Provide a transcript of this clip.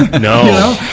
No